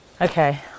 Okay